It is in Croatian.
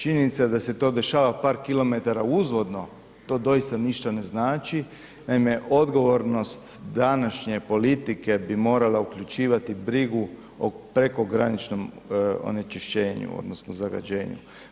Činjenica da se to dešava par kilometara uzvodno, to doista ništa ne znači, naime odgovornost današnje politike bi morala uključivati brigu o prekograničnom onečišćenju, odnosno zagađenju.